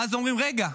ואז אומרים: רגע,